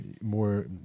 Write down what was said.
more